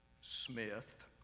Smith